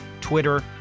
Twitter